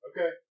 Okay